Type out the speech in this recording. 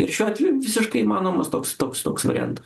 ir šiuo atveju visiškai įmanomas toks toks toks variant